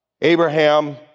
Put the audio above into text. Abraham